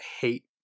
hate